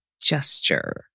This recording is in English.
gesture